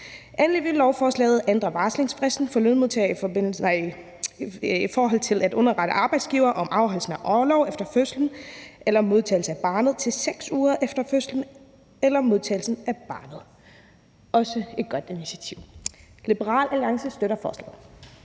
endelig vil lovforslaget ændre varslingsfristen i forhold til at underrette arbejdsgivere om afholdelsen af orlov efter fødslen eller modtagelsen af barnet til 6 uger efter fødslen eller modtagelsen af barnet. Det er også et godt initiativ. Liberal Alliance støtter forslaget.